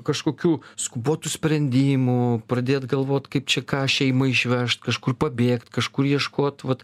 kažkokių skubotų sprendimų pradėt galvot kaip čia ką šeimą išvežt kažkur pabėgt kažkur ieškot vat